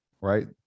right